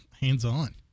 hands-on